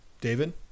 David